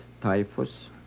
typhus